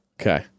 Okay